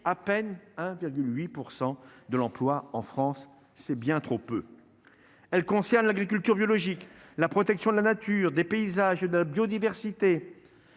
virgule 8 % de l'emploi en France, c'est bien trop peu, elle concerne l'agriculture biologique, la protection de la nature des paysages de la biodiversité.